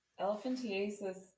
Elephantiasis